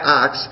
ox